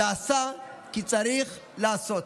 ועשה, כי צריך לעשות.